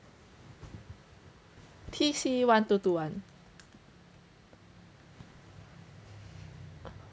T_C one two two one